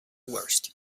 worst